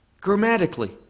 grammatically